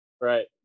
Right